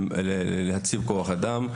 ושיציבו כוח אדם.